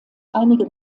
einige